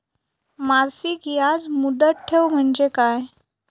मासिक याज मुदत ठेव म्हणजे काय?